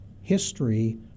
history